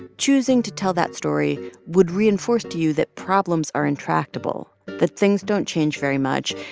choosing to tell that story would reinforce to you that problems are intractable, that things don't change very much,